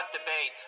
debate